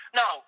no